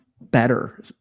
better